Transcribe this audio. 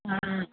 हा